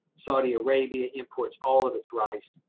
saudi arabia imports all of its rice,